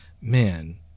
man